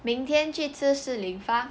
明天去吃 Shi Li Fang